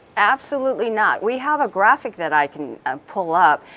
absolutely not, we have a graphic that i can ah pull up,